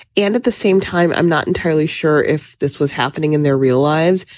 and at the same time, i'm not entirely sure if this was happening in their real lives.